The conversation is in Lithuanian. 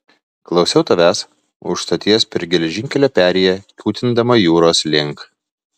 klausiau savęs už stoties per geležinkelio perėją kiūtindama jūros link